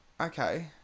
Okay